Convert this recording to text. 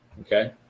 Okay